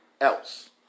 else